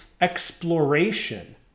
exploration